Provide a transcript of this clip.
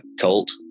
Colt